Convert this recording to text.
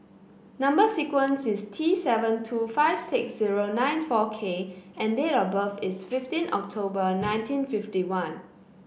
number sequence is T seven two five six zero nine four K and date of birth is fifteen October nineteen fifty one